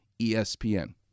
ESPN